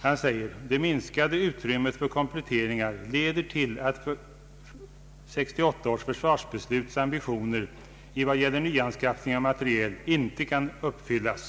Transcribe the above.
Där förklaras att ”det minskade utrymmet för kompletteringar leder till att 1968 års försvarsbesluts ambitioner vad gäller nyanskaffning av materiel inte kan uppfyllas”.